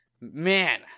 man